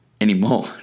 anymore